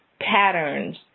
patterns